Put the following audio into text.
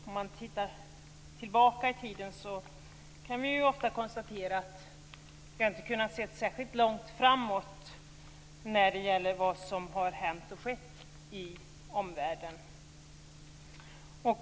Tittar vi tillbaka i tiden kan vi ju ofta konstatera att vi inte har kunnat se särskilt långt framåt när det gäller vad som sedan har skett i omvärlden.